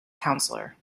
counselor